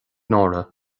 nóra